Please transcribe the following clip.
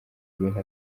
ibintu